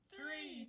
Three